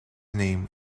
name